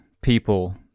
people